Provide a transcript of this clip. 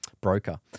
broker